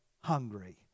hungry